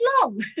long